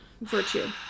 virtue